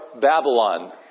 Babylon